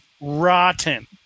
rotten